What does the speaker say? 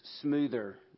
smoother